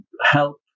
help